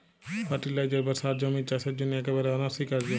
fertiliser বা সার জমির চাসের জন্হে একেবারে অনসীকার্য